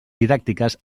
didàctiques